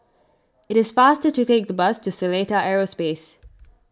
it is faster to take the bus to Seletar Aerospace